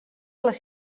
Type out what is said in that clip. les